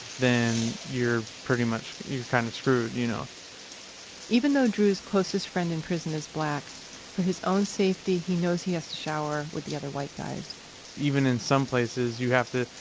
then you're pretty much, you're kind of screwed, you know even though drew's closest friend in prison is black, for his own safety, he knows he has to shower with the other white guys even in some places, you have to,